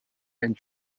and